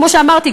כמו שאמרתי,